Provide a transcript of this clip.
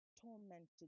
tormented